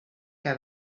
que